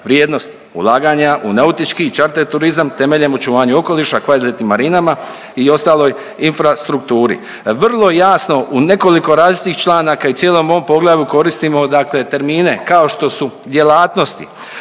vrijednosti. Ulaganja u nautički i čarter turizam temeljem očuvanju okoliša, kvalitetnim marinama i ostaloj infrastrukturi. Vrlo je jasno u nekoliko različitih članaka i cijelom ovom poglavlju koristimo dakle termine kao što su djelatnosti,